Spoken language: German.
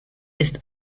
ist